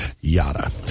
yada